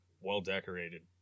well-decorated